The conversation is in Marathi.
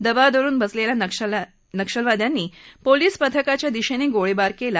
दबा धरुन बसलेल्या नक्षल्यांनी पोलीस पथकाच्या दिशेनं गोळीबार केला